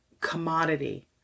commodity